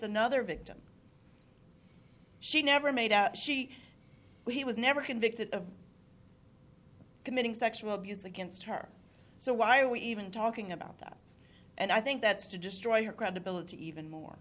another victim she never made out she he was never convicted of committing sexual abuse against her so why are we even talking about that and i think that's to destroy her credibility even more